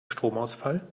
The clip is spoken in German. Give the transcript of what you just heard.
stromausfall